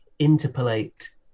interpolate